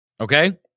Okay